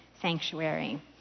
sanctuary